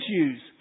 issues